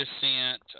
descent